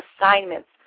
assignments